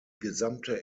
gesamte